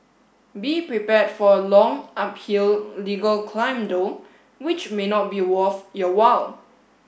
be prepared for a long uphill legal climb though which may not be worth your while